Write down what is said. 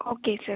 okay sir